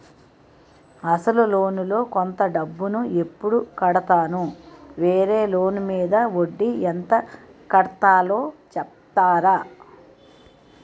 అసలు లోన్ లో కొంత డబ్బు ను ఎప్పుడు కడతాను? వేరే లోన్ మీద వడ్డీ ఎంత కట్తలో చెప్తారా?